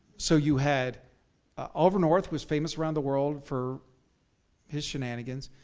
so you had oliver north, was famous around the world for his shenanigans.